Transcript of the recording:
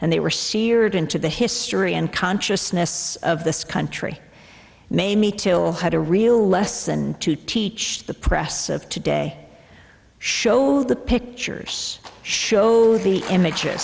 and they were seared into the history and consciousness of this country mamie till had a real lesson to teach the press of today show the pictures show the images